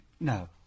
No